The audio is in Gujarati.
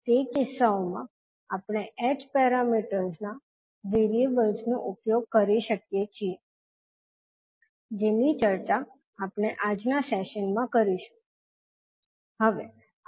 તે કિસ્સાઓમાં આપણે h પેરામીટર્સ ના વેરિએબલ્સ નો ઉપયોગ કરી શકીએ છીએ જેની ચર્ચા આપણે આજના સેશનમાં કરીશું